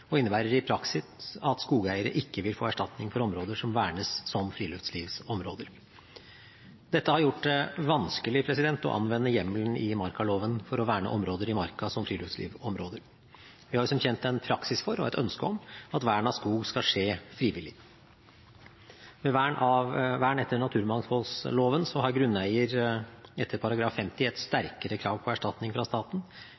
og innebærer i praksis at skogeiere ikke vil få erstatning for områder som vernes som friluftslivsområder. Dette har gjort det vanskelig å anvende hjemmelen i markaloven for å verne områder i marka som friluftslivsområder. Vi har som kjent en praksis for og et ønske om at vern av skog skal skje frivillig. Ved vern etter naturmangfoldloven har grunneier etter § 50 et